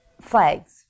flags